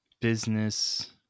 Business